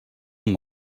them